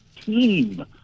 team